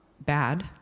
bad